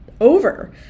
over